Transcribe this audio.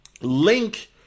link